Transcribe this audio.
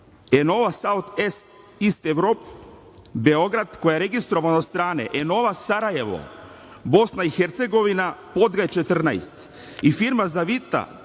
„Enova South East Europe“ Beograd, koja je registrovana od strane „Enova“ Sarajevo, Bosna i Hercegovina, Podgaj 14 i firma „ZaVita,